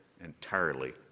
entirely